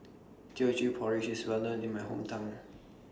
Teochew Porridge IS Well known in My Hometown